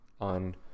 on